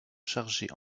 chargée